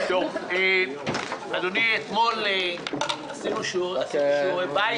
אדוני, אתמול עשינו שיעורי בית